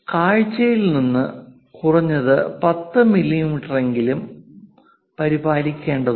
കാഴ്ചയിൽ നിന്ന് കുറഞ്ഞത് 10 മില്ലീമീറ്ററെങ്കിലും പരിപാലിക്കേണ്ടതുണ്ട്